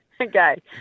Okay